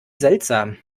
seltsam